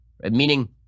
meaning